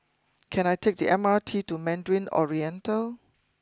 can I take the M R T to Mandarin Oriental